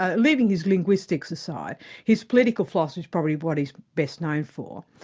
ah leaving his linguistics aside his political philosophy is probably what he's best known for,